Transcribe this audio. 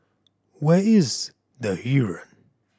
where is The Heeren